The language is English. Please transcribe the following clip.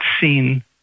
seen